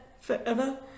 forever